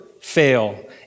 fail